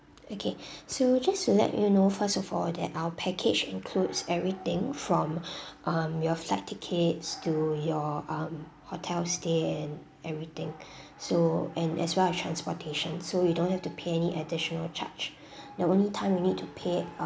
okay so just to let you know first of all that our package includes everything from um your flight tickets to your um hotel stay and everything so and as well as transportation so you don't have to pay any additional charge the only time you need to pay